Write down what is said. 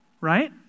right